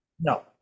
no